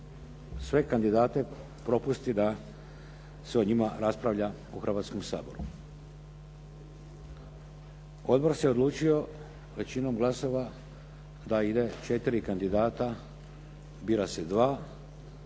sve kandidate propusti da se o njima raspravlja u Hrvatskom saboru. Odbor se odlučio većinom glasova da ide četiri kandidata, bira se dva